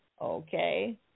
Okay